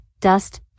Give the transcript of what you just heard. dust